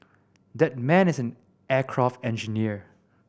that man is an aircraft engineer